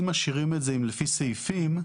אם משאירים את זה לפי סעיפים,